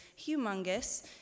humongous